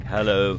Hello